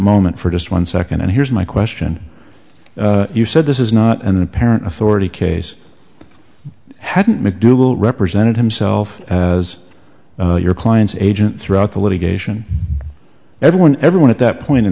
moment for just one second and here's my question you said this is not an apparent authority case hadn't mcdougal represented himself as your clients agent throughout the litigation everyone everyone at that point in